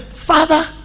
Father